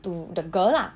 to the girl lah